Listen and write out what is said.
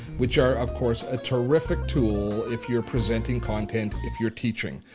which are, of course, a terrific tool if you're presenting content if you're teaching.